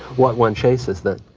what one chases that,